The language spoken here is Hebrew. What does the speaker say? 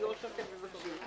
נקודתיות שאתם רוצים.